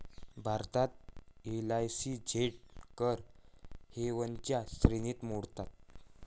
भारतात एस.ई.झेड कर हेवनच्या श्रेणीत मोडतात